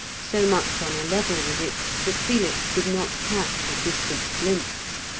so much on a level with it that felix did not catch a distant glimpse.